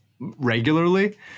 regularly